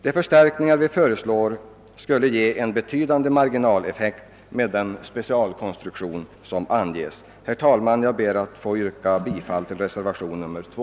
Den förstärkning vi föreslår skulle med den speciella konstruktion som anges ge en betydande marginaleffekt. Herr talman! Jag ber att få yrka bifal till reservationen 2.